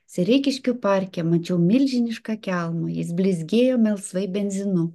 sereikiškių parke mačiau milžinišką kelmą jis blizgėjo melsvai benzinu